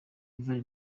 ivan